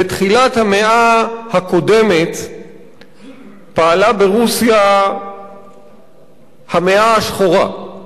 בתחילת המאה הקודמת פעלה ברוסיה "המאה השחורה".